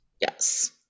yes